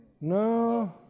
No